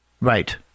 Right